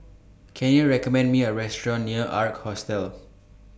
Can YOU recommend Me A Restaurant near Ark Hostel